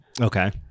Okay